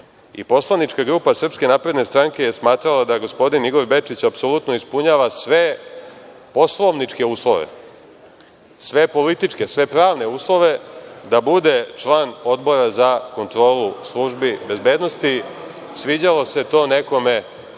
Poslanička grupa SNS je smatrala da gospodin Igor Bečić apsolutno ispunjava sve poslovničke uslove, sve političke, sve pravne uslove da bude član Odbora za kontrolu službe bezbednosti, sviđalo se to nekome ili